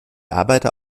arbeiter